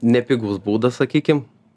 nepigus būdas sakykim